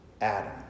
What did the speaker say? Adam